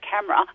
camera